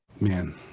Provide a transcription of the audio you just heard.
Man